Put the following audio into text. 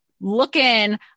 looking